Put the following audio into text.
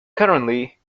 currently